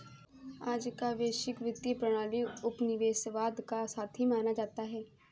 आज का वैश्विक वित्तीय प्रणाली उपनिवेशवाद का साथी माना जाता है